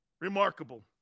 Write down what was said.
Remarkable